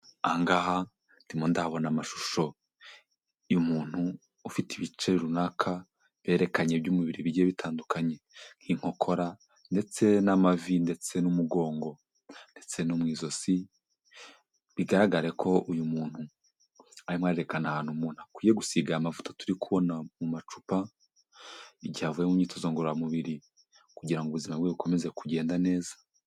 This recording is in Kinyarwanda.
Aha ngaha ndimo ndahabona amashusho y'umuntu ufite ibice runaka berekanye by'umubiri bigiye bitandukanye, nk'inkokora, ndetse n'amavi, ndetse n'umugongo, ndetse no mu izosi, bigaragare ko uyu muntu arimo arerekana ahantu umuntu akwiye gusiga aya amavuta turi kubona mu macupa, igihe avuye mu myitozo ngororamubiri kugira ngo ubuzima bwe bukomeze kugenda neza.